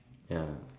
ya